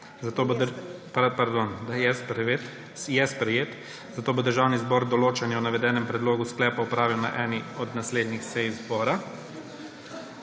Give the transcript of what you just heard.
zato bo Državni zbor odločanje o navedenem predlogu sklepa opravil na eni od naslednjih sej zbora.